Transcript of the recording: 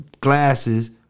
Glasses